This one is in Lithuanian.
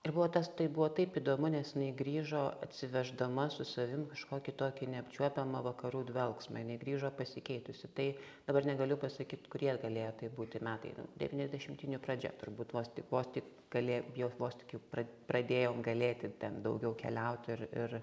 ir buvo tas tai buvo taip įdomu nes jinai grįžo atsiveždama su savim kažkokį tokį neapčiuopiamą vakarų dvelksmą jinai grįžo pasikeitusi tai dabar negaliu pasakyt kurie galėjo tai būti metai nu devyniasdešimtinių pradžia turbūt vos tik vos tik kalė jog vos tik jau prad pradėjom galėti ten daugiau keliauti ir ir